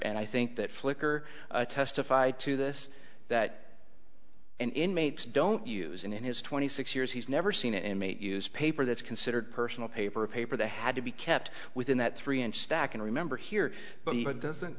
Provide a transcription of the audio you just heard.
and i think that flicker testified to this that and inmates don't use him in his twenty six years he's never seen a mate use paper that's considered personal paper of paper the had to be kept within that three inch stack and remember here but he doesn't